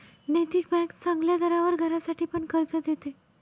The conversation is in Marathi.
नैतिक बँक चांगल्या दरावर घरासाठी पण कर्ज देते